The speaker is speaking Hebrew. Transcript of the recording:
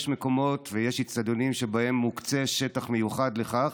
יש מקומות ויש אצטדיונים שבהם מוקצה שטח מיוחד לכך.